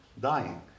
dying